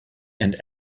and